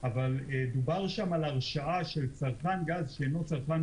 אבל דובר שם על הרשאה של צרכן גז שאינו צרכן